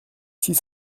six